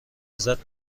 ازت